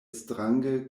strange